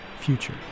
future